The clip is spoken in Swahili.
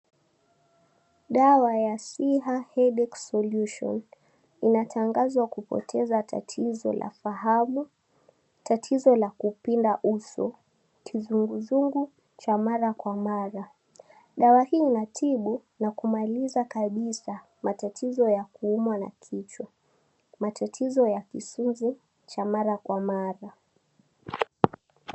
Dawa ya Siha Headache Solution. Inatangazwa kupoteza tatizo la fahamu, tatizo la kupinda uso, kizunguzungu cha mara kwa mara. Dawa hii inatibu na kumaliza kabisa matatizo ya kuumwa na kichwa, matatizo ya kisunzi cha mara kwa mara.